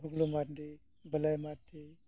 Huglu Mardi Balai Mardi